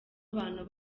abantu